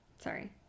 Sorry